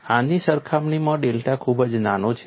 આની સરખામણીમાં ડેલ્ટા ખૂબ જ નાનો છે